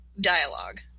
dialogue